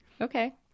Okay